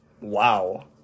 wow